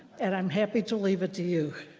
and i'm happy to leave it to you.